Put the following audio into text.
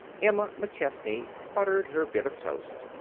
emma mcchesney buttered her bit of toast,